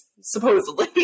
supposedly